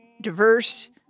diverse